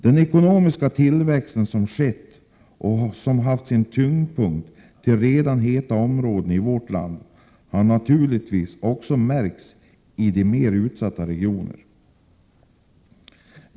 Den ekonomiska tillväxt som skett och som haft sin tyngdpunkt förlagd till redan heta områden i vårt land har naturligtvis också märkts i mer utsatta regioner.